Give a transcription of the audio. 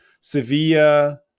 Sevilla